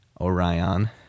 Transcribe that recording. Orion